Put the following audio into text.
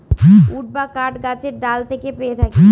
would বা কাঠ গাছের ডাল থেকে পেয়ে থাকি